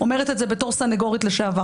אני אומרת את זה בתור סנגורית לשעבר.